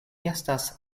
estas